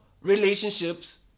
relationships